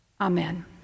Amen